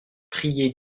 prier